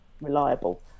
reliable